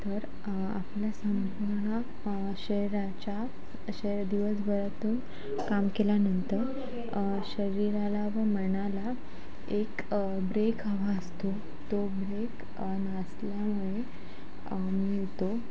तर आपल्या सर्वाना शरीराच्या अशा या दिवसभरातून काम केल्यानंतर शरीराला व मला एक ब्रेक हवा असतो तो ब्रेक नाचल्यामुळे मिळतो